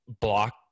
block